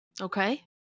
Okay